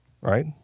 right